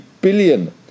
billion